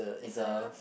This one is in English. is a